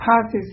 passes